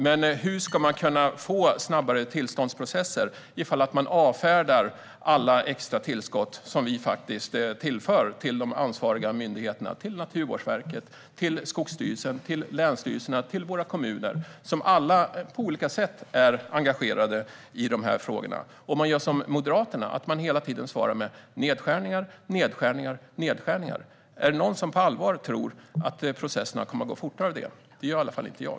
Men hur ska man kunna få snabbare tillståndsprocesser om man avfärdar alla extra tillskott som vi faktiskt tillför till de ansvariga myndigheterna - Naturvårdsverket, Skogsstyrelsen, länsstyrelserna och våra kommuner, som alla på olika sätt är engagerade i dessa frågor? Moderaterna svarar hela tiden med nedskärningar, nedskärningar och nedskärningar. Är det någon som på allvar tror att processerna kommer att gå fortare av det? Det gör i alla fall inte jag.